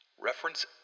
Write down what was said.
Reference